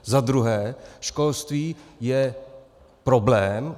Zadruhé, školství je problém.